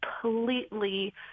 completely